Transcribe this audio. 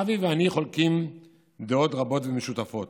אבי ואני חולקים דעות רבות ומשותפות.